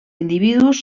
individus